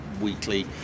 weekly